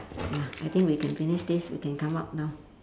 ya I think we can finish this we can come out now